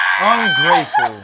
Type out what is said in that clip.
Ungrateful